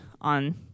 on